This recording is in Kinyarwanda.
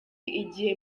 igihe